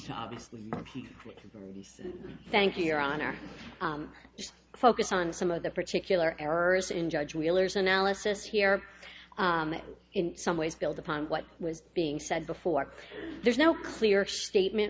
united thank you your honor i just focus on some of the particular errors in judge wheeler's analysis here in some ways build upon what was being said before there's no clear statement